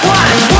one